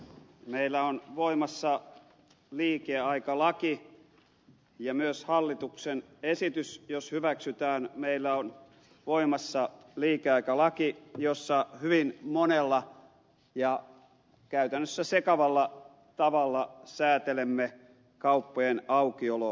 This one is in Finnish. meillä on voimassa liikeaikalaki ja jos hallituksen esitys hyväksytään meillä tulee voimaan liikeaikalaki jolla hyvin monella ja käytännössä sekavalla tavalla säätelemme kauppojen aukioloaikoja